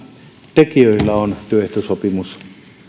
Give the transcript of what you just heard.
tekijöillä on työehtosopimus